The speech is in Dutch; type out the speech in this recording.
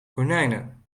konijnen